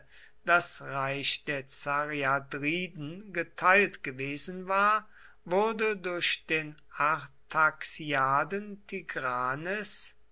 das reich der zariadriden geteilt gewesen war wurde durch den artaxiaden